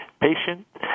Patient